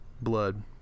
Blood